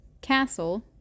castle